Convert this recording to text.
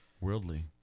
Worldly